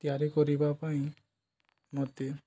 ତିଆରି କରିବା ପାଇଁ ମତେ